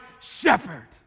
shepherd